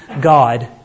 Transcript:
God